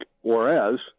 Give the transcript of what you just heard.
whereas